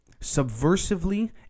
subversively